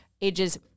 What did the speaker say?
ages